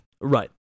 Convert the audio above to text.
Right